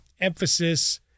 emphasis